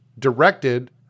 Directed